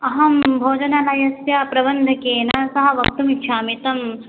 अहं भोजनालयस्य प्रबन्धकेन सह वक्तुमिच्छामि तं